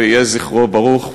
ויהא זכרו ברוך,